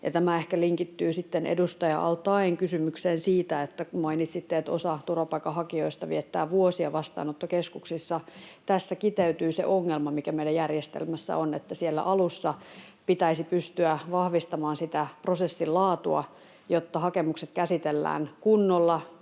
Tämä ehkä linkittyy edustaja al-Taeen kysymykseen siitä, kun mainitsitte, että osa turvapaikanhakijoista viettää vuosia vastaanottokeskuksissa. Tässä kiteytyy se ongelma, mikä meidän järjestelmässä on, että siellä alussa pitäisi pystyä vahvistamaan prosessin laatua, jotta hakemukset käsitellään kunnolla,